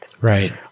right